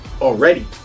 already